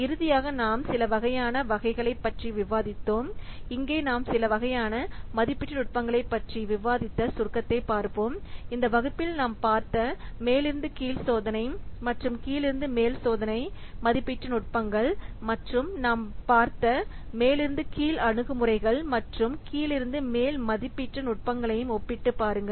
இறுதியாக நாம் சில வகையான வகைகளைப் பற்றி விவாதித்தோம் இங்கே நாம் சில வகையான மதிப்பீட்டு நுட்பங்களைப் பற்றி விவாதித்த சுருக்கத்தைப் பார்ப்போம் இந்த வகுப்பில் நாம் பார்த்த மேலிருந்து கீழ் சோதனை மற்றும் கீழிருந்து மேல் சோதனை மதிப்பீட்டு நுட்பங்கள் மற்றும் நாம் பார்த்த மேலிருந்து கீழ் அணுகுமுறைகள் மற்றும் கீழிருந்து மேல் மதிப்பீட்டு நுட்பங்களையும் ஒப்பிட்டுப் பாருங்கள்